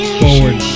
forward